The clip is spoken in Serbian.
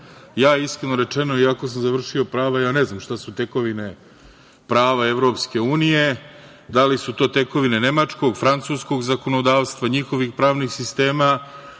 EU. Iskreno rečeno, iako sam završio prava, ne znam šta su tekovine prava EU, da li su to tekovine nemačkog, francuskog zakonodavstva, njihovih pravnih sistema